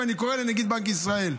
ואני קורא לנגיד בנק ישראל: